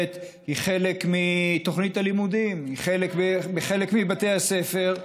היא חלק מתוכנית הלימודים בחלק מבתי הספר,